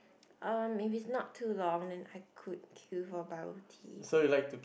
um maybe it's not too long then I could queue for bubble tea